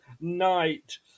night